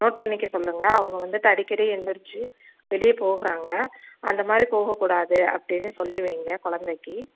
note பண்ணிக்க சொல்லுங்க அவங்க வந்துட்டு அடிக்கடி எந்திரிச்சு வெளியே போகிறாங்க அந்த மாதிரி போகக் கூடாது அப்படீன்னு சொல்லி வையுங்க கொழந்தைக்கி